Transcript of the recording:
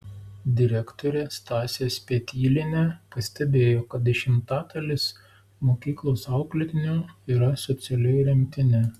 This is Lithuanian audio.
direktorė stasė spetylienė pastebėjo kad dešimtadalis mokyklos auklėtinių yra socialiai remtini